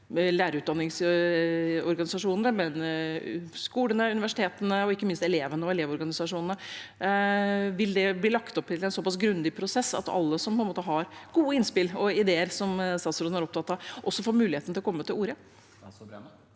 lærerutdanningsorganisasjonene, men også skolene, universitetene og ikke minst elevene og elevorganisasjonene. Vil det bli lagt opp til en såpass grundig prosess at alle som har gode innspill og ideer som statsråden er opptatt av, også får muligheten til å komme til orde?